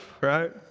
right